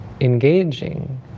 engaging